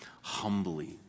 humbly